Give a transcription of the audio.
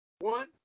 one